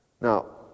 Now